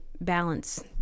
balance